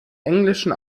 englischen